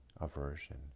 aversion